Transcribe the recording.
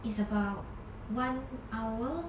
it's about one hour